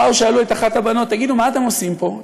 באו, שאלו את אחת הבנות: תגידו, מה אתם עושים פה?